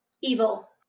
evil